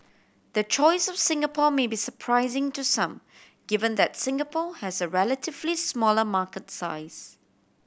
the choice of Singapore may be surprising to some given that Singapore has a relatively smaller market size